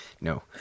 No